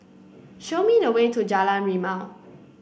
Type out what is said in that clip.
show me the way to Jalan Rimau